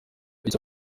bica